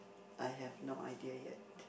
I have no idea yet